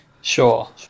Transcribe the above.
Sure